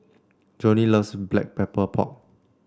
Joanie loves Black Pepper Pork